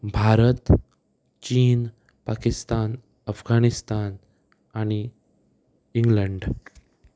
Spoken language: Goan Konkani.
भारत चीन पाकिस्तान अफगानिस्तान आनी इंग्लंड